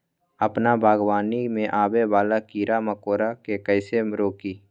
अपना बागवानी में आबे वाला किरा मकोरा के कईसे रोकी?